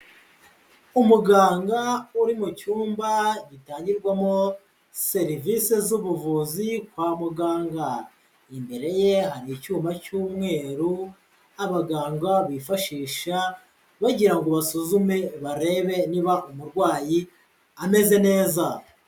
Umuganga uri mu cyumba gitangirwamo serivise z'ubuvuzi kwa muganga, imbere ye hari icyuma cy'umweru, abaganga bifashisha bagira ngo basuzume barebe niba umurwayi ameze neza.